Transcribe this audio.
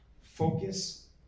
focus